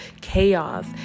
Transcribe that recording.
chaos